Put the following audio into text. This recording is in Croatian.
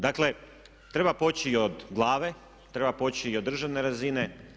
Dakle, treba poći od glave, treba poći od državne razine.